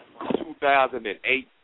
2008